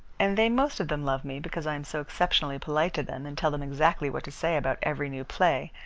and they most of them love me because i am so exceptionally polite to them, and tell them exactly what to say about every new play,